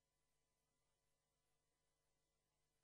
חוץ